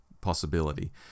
possibility